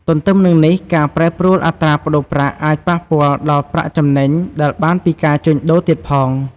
ទទ្ទឹមនឹងនេះការប្រែប្រួលអត្រាប្តូរប្រាក់អាចប៉ះពាល់ដល់ប្រាក់ចំណេញដែលបានពីការជូញដូរទៀតផង។